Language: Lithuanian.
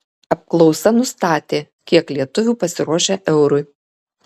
apklausa nustatė kiek lietuvių pasiruošę eurui